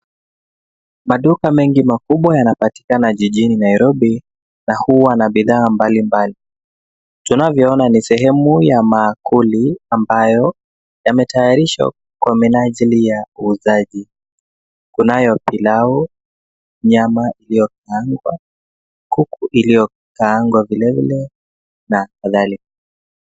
Maduka mengi makubwa yanapatikana jijini Nairobi na hua na bidhaa mbalimbali. Tunavyoona ni sehemu ya maakuli amabayo yame tayarishwa kwa minajili ya uuzaji. Kunayo pilau, nyama iliyokaangwa, kuku iliyokaangwa vilevile na kadhalika.